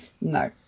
no